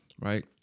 right